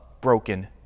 broken